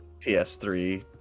PS3